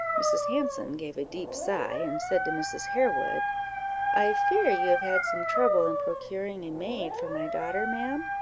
mrs. hanson gave a deep sigh, and said to mrs. harewood i fear you have had some trouble in procuring a maid for my daughter, ma'am?